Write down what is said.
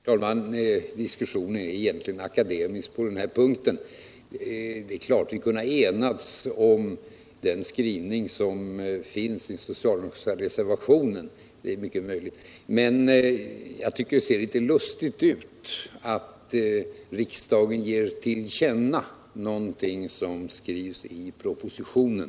Herr talman! Diskussionen är egentligen akademisk på den här punkten. Det är mycket möjligt att vi kunde ha enats om den skrivning som finns i den socialdemokratiska reservationen. Men jag tycker det ser litet lustigt ut om riksdagen ger till känna någonting som skrivs i propositionen.